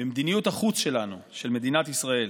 במדיניות החוץ שלנו, של מדינת ישראל.